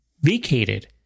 vacated